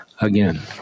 again